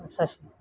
Shashi